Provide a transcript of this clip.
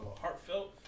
heartfelt